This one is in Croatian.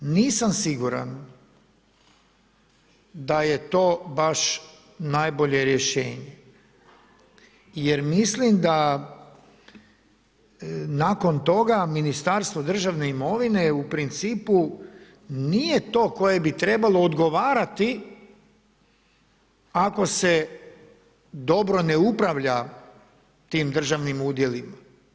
Nisam siguran da je to baš najbolje rješenje jer mislim da nakon toga Ministarstvo državne imovine u principu nije to koje bi trebalo odgovarati ako se dobro ne upravlja tim državnim udjelima.